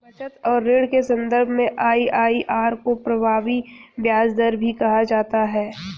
बचत और ऋण के सन्दर्भ में आई.आई.आर को प्रभावी ब्याज दर भी कहा जाता है